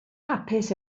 hapus